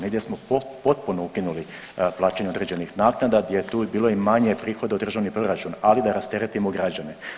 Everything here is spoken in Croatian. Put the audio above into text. Negdje smo potpuno ukinuli plaćanje određenih naknada gdje je tu bilo i manje prihoda u državni proračun, ali da rasteretimo građane.